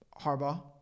Harbaugh